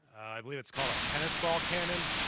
i believe it's called a tennis ball canon.